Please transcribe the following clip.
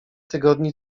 tygodni